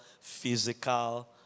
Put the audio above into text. physical